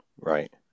Right